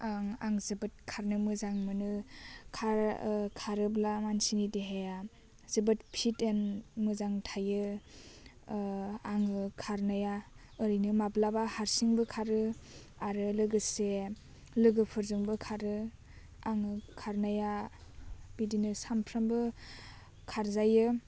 आं आं जोबोद खारनो मोजां मोनो खार खारोब्ला मानसिनि देहाया जोबोद फिड एनद मोजां थायो आङो खारनाया ओरैनो माब्लाबा हारसिंबो खारो आरो लोगोसे लोगोफोरजोंबो खारो आङो खारनाया बिदिनो सानफ्रोमबो खारजायो